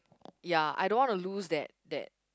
ya I don't want to lose that that